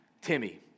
Timmy